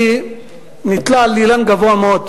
אני נתלה באילן גבוה מאוד,